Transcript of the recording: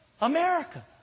America